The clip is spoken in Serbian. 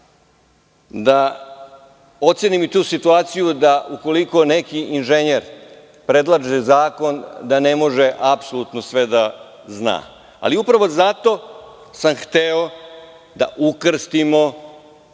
da ocenim i tu situaciju da, ukoliko neki inženjer predlaže zakon, ne može apsolutno sve da zna. Ali, upravo zato sam hteo da ukrstimo